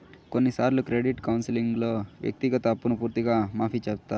కొన్నిసార్లు క్రెడిట్ కౌన్సిలింగ్లో వ్యక్తిగత అప్పును పూర్తిగా మాఫీ చేత్తారు